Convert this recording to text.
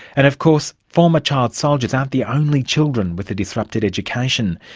and of course former child soldiers aren't the only children with a disrupted education.